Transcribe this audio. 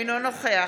אינו נוכח